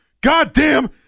Goddamn